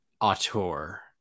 auteur